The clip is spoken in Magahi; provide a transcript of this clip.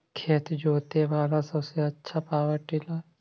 खेत जोते बाला सबसे आछा पॉवर टिलर?